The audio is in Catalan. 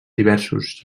diversos